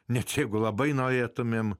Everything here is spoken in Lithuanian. net jeigu labai norėtumėm